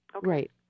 Right